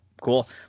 cool